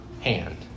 hand